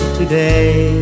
today